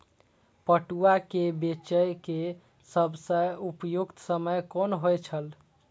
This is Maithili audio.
पटुआ केय बेचय केय सबसं उपयुक्त समय कोन होय छल?